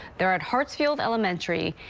they're at heartfield elementary,